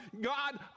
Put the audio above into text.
God